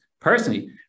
personally